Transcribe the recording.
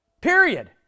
Period